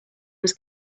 was